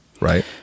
right